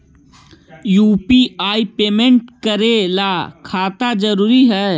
UPI payment करे ला खाता जरूरी है?